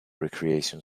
recreation